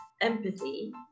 empathy